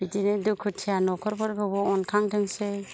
बिदिनो दुखुथिया नखरफोरखौबो अनखांथोंसै